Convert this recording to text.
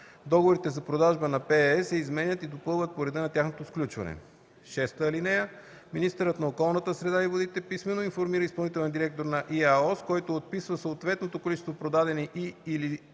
Договорите за продажба на ПЕЕ се изменят и допълват по реда на тяхното сключване. (6) Министърът на околната среда и водите писмено информира изпълнителния директор на ИАОС, който отписва съответното количество продадени и/или